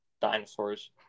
Dinosaurs